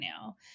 now